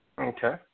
Okay